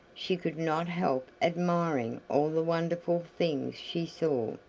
she could not help admiring all the wonderful things she saw.